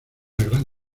gran